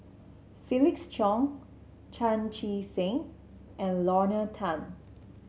Felix Cheong Chan Chee Seng and Lorna Tan